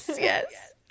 yes